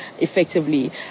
effectively